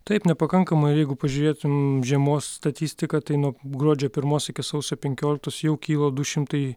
taip nepakankamai jeigu pažiūrėtum žiemos statistiką tai nuo gruodžio pirmos iki sausio penkioliktos jau kilo du šimtai